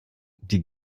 die